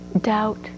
doubt